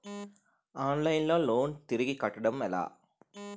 Online లో loan తిరిగి కట్టడం ఎలా?